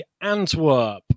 Antwerp